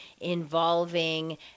involving